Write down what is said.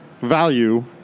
value